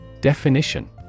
Definition